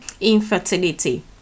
infertility